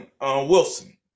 Wilson